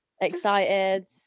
Excited